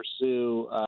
pursue